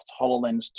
HoloLens